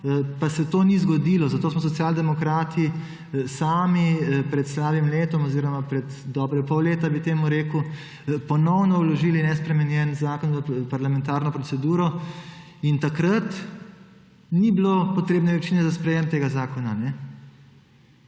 pa se to ni zgodilo. Zato smo Socialni demokrati sami, pred slabim letom oziroma pred dobre pol leta, bi temu rekel, ponovno vložili nespremenjen zakon v parlamentarno proceduro in takrat ni bilo potrebne večine za sprejem tega zakona.